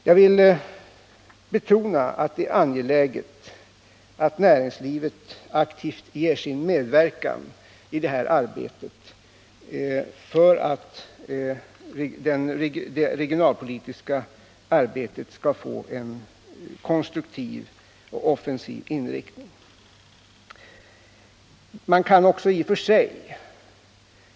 Jag vill betona att det är angeläget att näringslivet aktivt ger sin medverkan för att det regionalpolitiska arbetet skall få en konstruktiv och offensiv inriktning.